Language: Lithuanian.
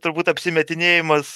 turbūt apsimetinėjimas